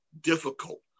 difficult